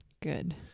good